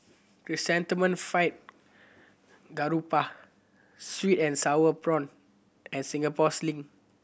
Chrysanthemum Fried Garoupa sweet and sour prawn and Singapore Sling